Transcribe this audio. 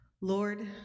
Lord